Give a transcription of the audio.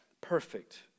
perfect